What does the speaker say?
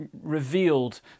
revealed